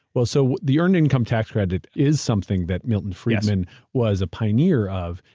well, so the earned income tax credit is something that milton friedman was a pioneer of,